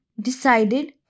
decided